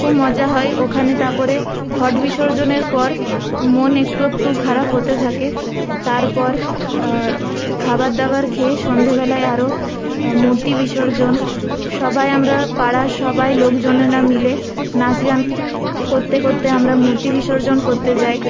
খুব মজা হয় ওখানে তারপরে ঘট বিসর্জনের পর মন একটু একটু খারাপ হতে থাকে তারপর খাবার দাবার খেয়ে সন্ধ্যেবেলায় আরো মূর্তি বিসর্জন সবাই আমরা পাড়ার সবাই লোকজনেরা মিলে নাচ গান করতে করতে আমরা মূর্তি বিসর্জন করতে যাই